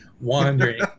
wandering